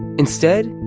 instead,